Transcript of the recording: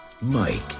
Mike